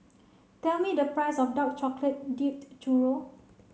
tell me the price of Dark Chocolate Dipped Churro